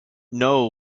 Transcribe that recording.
know